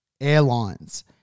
airlines